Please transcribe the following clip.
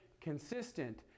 consistent